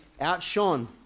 outshone